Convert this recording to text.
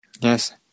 Yes